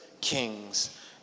kings